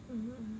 mmhmm